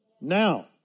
Now